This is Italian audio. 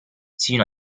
sino